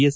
S